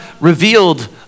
revealed